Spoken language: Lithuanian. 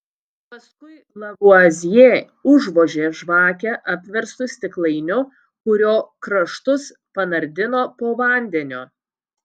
paskui lavuazjė užvožė žvakę apverstu stiklainiu kurio kraštus panardino po vandeniu